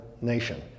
nation